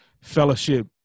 Fellowship